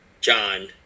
John